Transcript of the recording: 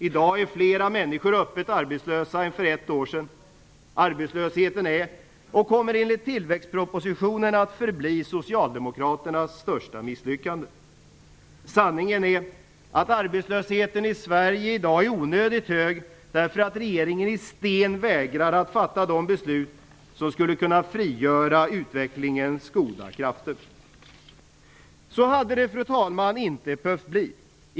I dag är fler människor öppet arbetslösa än för ett år sedan. Arbetslösheten är - och kommer enligt Tillväxtpropositionen att förbli - socialdemokraternas största misslyckande. Sanningen är att arbetslösheten i Sverige är onödigt hög därför att regeringen i sten vägrar fatta de beslut som skulle kunna frigöra utvecklingens goda krafter. Fru talman! Så här hade det inte behövt bli.